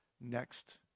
next